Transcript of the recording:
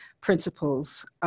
principles